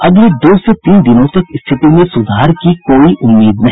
अगले दो से तीन दिनों तक स्थिति में सुधार की कोई उम्मीद नहीं